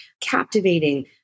captivating